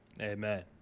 Amen